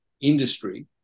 industry